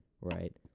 right